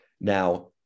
Now